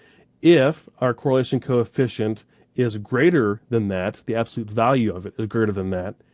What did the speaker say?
if our correlation coefficient is greater than that, the absolute value of it is greater than that,